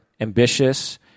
ambitious